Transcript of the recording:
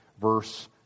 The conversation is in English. verse